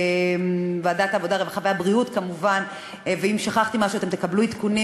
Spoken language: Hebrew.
אם שכחתי משהו, אתם תקבלו עדכונים.